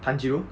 tanjiro